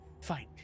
Fine